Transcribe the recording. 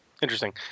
Interesting